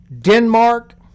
Denmark